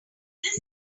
this